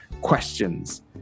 questions